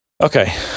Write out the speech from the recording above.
okay